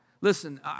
Listen